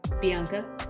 Bianca